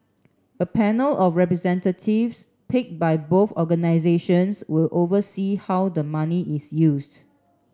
a panel of representatives picked by both organisations will oversee how the money is used